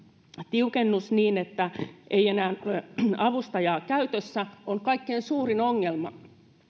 tiukennus niin että ei enää ole avustajaa käytössä on kaikkein suurin ongelma